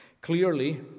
Clearly